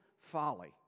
folly